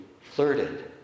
flirted